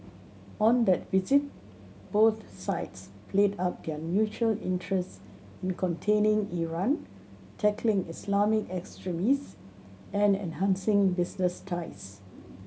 on that visit both sides played up their mutual interests in containing Iran tackling Islamic extremists and enhancing business ties